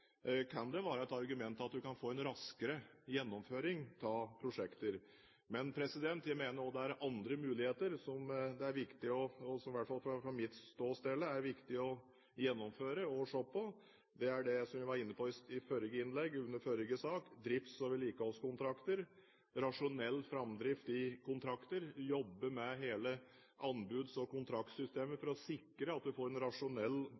kan være et argument at man kan få en raskere gjennomføring av prosjekter. Men jeg mener også det er andre muligheter som, i hvert fall fra mitt ståsted, er viktige å gjennomføre og se på. Det er det jeg var inne på i forrige innlegg, under forrige sak: drifts- og vedlikeholdskontrakter, rasjonell framdrift i kontrakter, å jobbe med hele anbuds- og kontraktssystemet for å sikre at man får en rasjonell